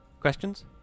Questions